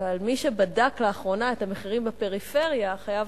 מי שבדק לאחרונה את המחירים בפריפריה חייב